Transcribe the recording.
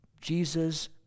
Jesus